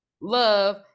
love